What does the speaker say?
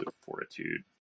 Fortitude